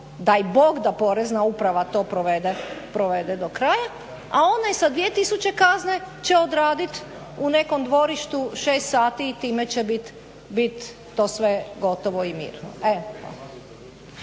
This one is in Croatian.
daj Bog da porezna uprava to provede do kraja, a onaj sa 2000 kazne će odradit u nekom dvorištu 6 sati i time će biti to sve gotovo i mir.